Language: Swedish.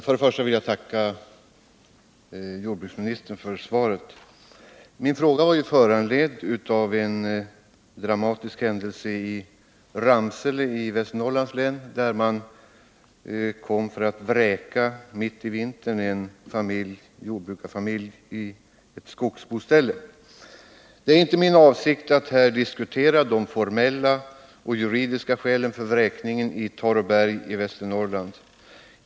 Herr talman! Jag tackar jordbruksministern för svaret. Min fråga var föranledd av en dramatisk händelse i Ramsele i Västernorrlands län, där man mitt i vintern kom för att vräka en jordbrukarfamilj från ett skogsboställe. Det är inte min avsikt att här diskutera de formella och juridiska skälen för vräkningen i Taråberg i Västernorrland.